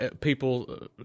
people